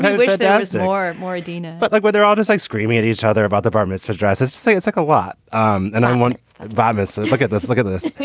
me wish there was more. more. dina but like where they're always, like, screaming at each other about apartments for dresses. say it's like a lot and i want vivus look at this. look at this.